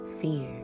fear